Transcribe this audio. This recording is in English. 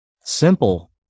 simple